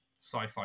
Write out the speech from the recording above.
sci-fi